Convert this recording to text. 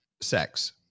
sex